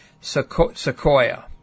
Sequoia